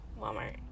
walmart